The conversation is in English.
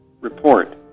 report